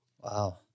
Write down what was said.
Wow